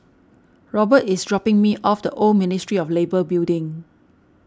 Robert is dropping me off the Old Ministry of Labour Building